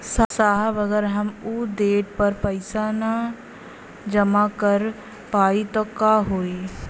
साहब अगर हम ओ देट पर पैसाना जमा कर पाइब त का होइ?